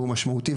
הוא משמעותי,